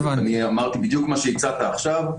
אמרתי בדיוק מה שהצעת עכשיו,